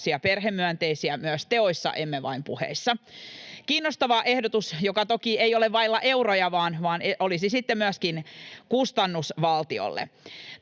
perhemyönteisiä myös teoissa, emme vain puheissa. Kiinnostava ehdotus, joka toki ei ole vailla euroja vaan olisi sitten myöskin kustannus valtiolle.